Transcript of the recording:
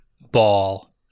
ball